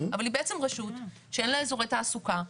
אבל היא בעצם רשות שאין לה אזורי תעסוקה.